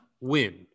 win